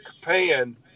pan